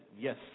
yes